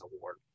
award